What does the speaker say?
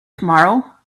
tomorrow